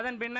அதன்பின்னர்